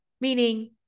meaning